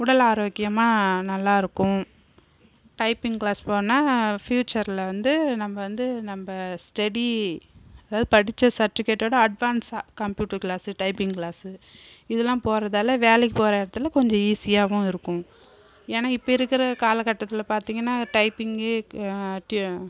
உடல் ஆரோக்கியமாக நல்லாயிருக்கும் டைப்பிங் க்ளாஸ் போனால் ஃபியூச்சர்ல வந்து நம்ம வந்து நம்ம ஸ்டெடி அதாவது படித்த சர்டிபிகேட்டோட அட்வான்ஸாக கம்பியூட்டர் க்ளாஸ் டைப்பிங் க்ளாஸ் இதெல்லாம் போகிறதால வேலைக்கு போகிற இடத்துல கொஞ்சம் ஈஸியாகவும் இருக்கும் ஏன்னா இப்போ இருக்கிற காலக்கட்டத்தில் பார்த்திங்கன்னா டைப்பிங்